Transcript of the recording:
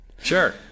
Sure